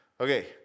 Okay